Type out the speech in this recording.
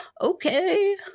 Okay